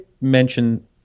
mention